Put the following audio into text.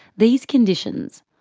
these conditions,